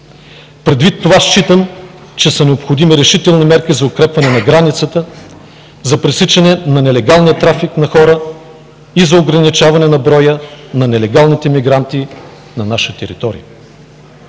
Предвид това считам, че са необходими решителни мерки за укрепване на границата, за пресичане на нелегалния трафик на хора и за ограничаване на броя на нелегалните мигранти на наша територия.